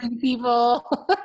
people